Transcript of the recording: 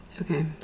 okay